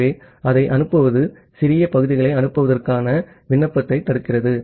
ஆகவே அதை அனுப்புவது சிறிய பகுதிகளை அனுப்புவதற்கான விண்ணப்பத்தை தடுக்கிறது